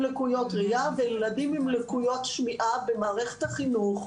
לקויות ראייה ולילדים עם לקויות שמיעה במערכת החינוך,